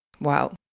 Wow